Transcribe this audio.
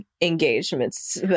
engagements